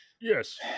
Yes